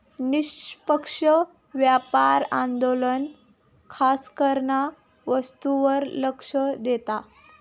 निष्पक्ष व्यापार आंदोलन खासकरान वस्तूंवर लक्ष देता